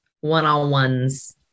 one-on-ones